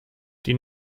die